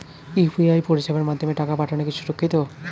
UPI পরিষেবার মাধ্যমে টাকা পাঠানো কি সুরক্ষিত?